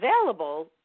available